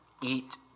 eat